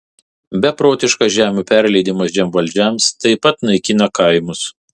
beprotiškas žemių perleidimas žemvaldžiams taip pat naikina kaimus